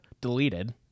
deleted